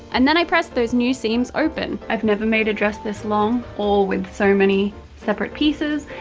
and then i press those new seams open. i've never made a dress this long or with so many separate pieces,